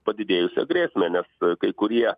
padidėjusią grėsmę nes kai kurie